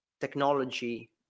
technology